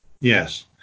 yes